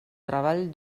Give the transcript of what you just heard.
treball